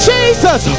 Jesus